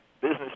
business